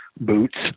boots